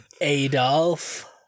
Adolf